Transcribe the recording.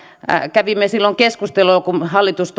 kävimme keskustelua kun hallitus